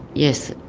yes,